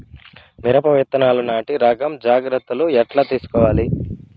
మిరప విత్తనాలు నాటి రకం జాగ్రత్తలు ఎట్లా తీసుకోవాలి?